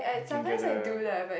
you can gather